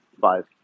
Five